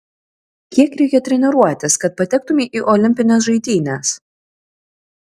kiek reikia treniruotis kad patektumei į olimpines žaidynes